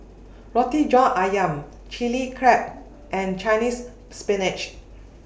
Roti John Ayam Chili Crab and Chinese Spinach